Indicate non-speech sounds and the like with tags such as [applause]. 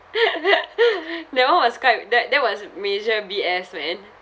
[laughs] that [one] was quite that that was major B_S man